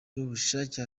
n’ubushake